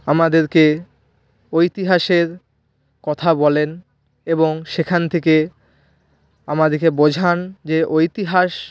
আমাদেরকে ইতিহাসের কথা বলেন এবং সেখান থেকে আমাদেরকে বোঝান যে ইতিহাস